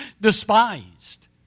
despised